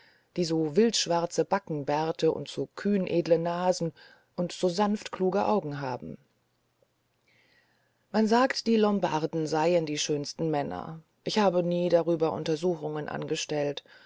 die so wildschwarze backenbärte und so kühnedle nasen und so sanftkluge augen haben man sagt die lombarden seien die schönsten männer ich habe nie darüber untersuchungen angestellt